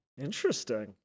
Interesting